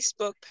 Facebook